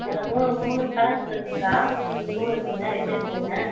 அதில் மூணு மூணு கலர் இருக்குங்கக்கா ப்ளூ இருக்குங்க ரெட்டு இருக்குங்க